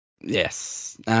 Yes